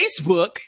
Facebook